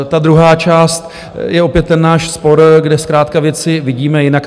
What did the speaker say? Ta druhá část je opět náš spor, kde zkrátka věci vidíme jinak.